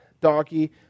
donkey